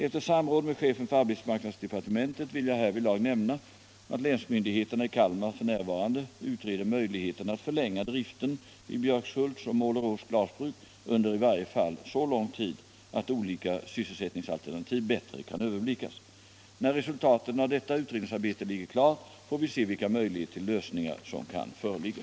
Efter samråd med chefen för arbetsmarknadsdepartementet vill jag härvidlag nämna att länsmyndigheterna i Kalmar län f. n. utreder möjligheterna att förlänga driften vid Björkshults och Målerås glasbruk under i varje fall så lång tid att olika sysselsättningsalternativ bättre kan överblickas. När resultatet av detta utredningsarbete ligger klart får vi se vilka möjligheter till lösningar som kan föreligga.